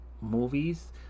movies